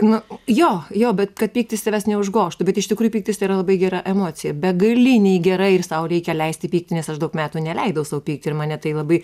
nu jo jo bet kad pyktis tavęs neužgožtų bet iš tikrųjų pyktis tai yra labai gera emocija begaliniai gera ir sau reikia leisti pykti nes aš daug metų neleidau sau pykti ir mane tai labai